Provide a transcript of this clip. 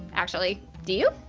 actually do you?